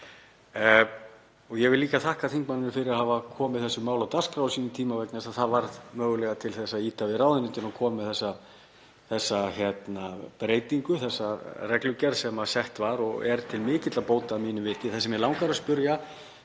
um? Ég vil líka þakka þingmanninum fyrir að hafa komið þessu máli á dagskrá á sínum tíma vegna þess að það varð mögulega til þess að ýta við ráðuneytinu að gera þessa breytingu, þessa reglugerð sem sett var og er til mikilla bóta að mínu viti. Í umræðunni í fyrra